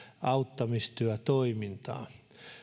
auttamistyötoimintaan